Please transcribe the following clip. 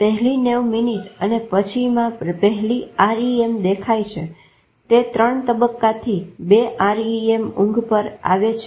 પહેલી 90 મિનીટ અને પછીની પહેલી REM દેખાય છે તે 3 તબ્બ્કાથી 2 REM ઊંઘ પર આવે છે